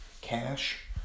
cash